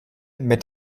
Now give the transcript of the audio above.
mit